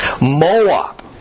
Moab